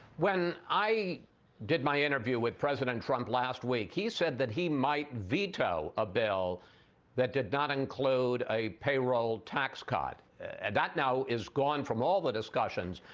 when i did my interview with president trump last week he said that he might veto a bill that did not include a payroll tax cut. and that now has gone from all the discussions.